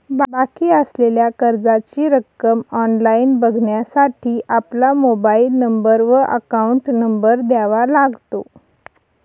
बाकी असलेल्या कर्जाची रक्कम ऑनलाइन बघण्यासाठी आपला मोबाइल नंबर व अकाउंट नंबर द्यावा लागतो